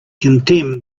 condemned